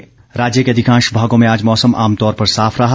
मौसम राज्य के अधिकांश भागों में आज मौसम आमतौर पर साफ रहा